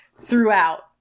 throughout